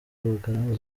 porogaramu